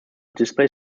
display